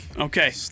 okay